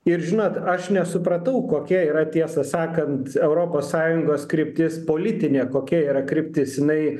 ir žinot aš nesupratau kokia yra tiesą sakant europos sąjungos kryptis politinė kokia yra kryptis jinai